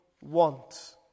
want